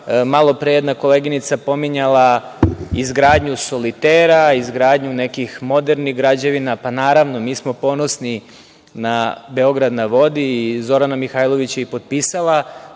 je jedna koleginica pominjala izgradnju solitera, izgradnju nekih modernih građevina. Naravno mi smo ponosni na „Beograd na vodi“ i Zorana Mihajlović je i potpisala